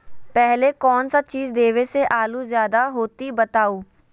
पहले कौन सा चीज देबे से आलू ज्यादा होती बताऊं?